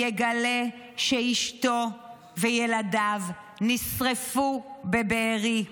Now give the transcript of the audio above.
יגלה שאשתו וילדיו נשרפו בבארי.